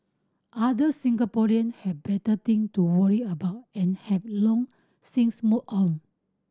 other Singaporean have better thing to worry about and have long since moved on